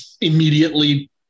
immediately